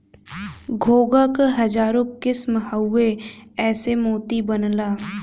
घोंघा क हजारो किसम हउवे एसे मोती बनला